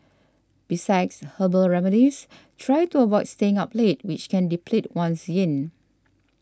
besides herbal remedies try to avoid staying up late which can deplete one's yin